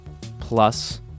plus